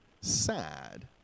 sad